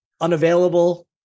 unavailable